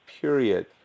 period